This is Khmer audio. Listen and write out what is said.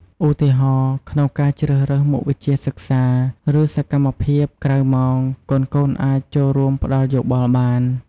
ឧទាហរណ៍ ក្នុងការជ្រើសរើសមុខវិជ្ជាសិក្សា ឬសកម្មភាពក្រៅម៉ោង កូនៗអាចចូលរួមផ្ដល់យោបល់បាន។